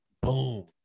Boom